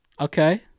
okay